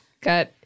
got